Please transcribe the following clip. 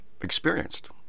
Experienced